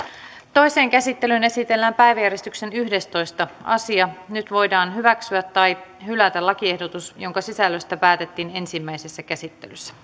toiseen käsittelyyn esitellään päiväjärjestyksen yhdestoista asia nyt voidaan hyväksyä tai hylätä lakiehdotus jonka sisällöstä päätettiin ensimmäisessä käsittelyssä